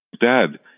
Dad